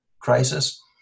crisis